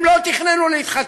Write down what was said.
הם לא תכננו להתחתן,